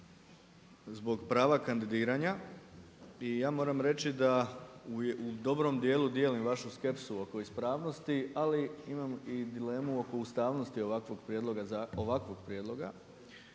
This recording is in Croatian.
zbog prava kandidiranja. I ja moram reći da u dobrom dijelu dijelim vašu skepsu oko ispravnosti. Ali imam i dilemu oko ustavnosti ovakvog prijedloga.